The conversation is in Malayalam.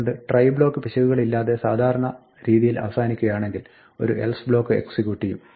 അതുകൊണ്ട് try ബ്ലോക്ക് പിശകുകളില്ലാതെ സാധാരണരീതിയിൽ അവസാനിക്കുകയാണെങ്കിൽ ഒരു else ബ്ലോക്ക് എക്സിക്യൂട്ട് ചെയ്യും